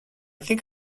think